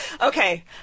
Okay